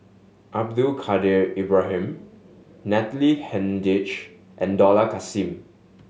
Abdul Kadir Ibrahim Natalie Hennedige and Dollah Kassim